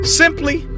simply